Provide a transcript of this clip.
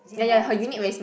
is it more expensive